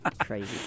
Crazy